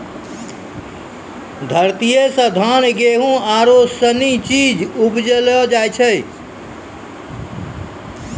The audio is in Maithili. धरतीये से धान, गेहूं आरु सनी चीज उपजैलो जाय छै